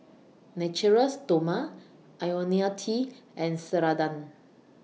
Natura Stoma Ionil T and Ceradan